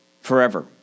forever